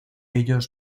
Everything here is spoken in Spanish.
ellos